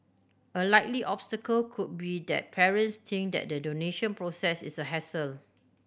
a likely obstacle could be that parents think that the donation process is a hassle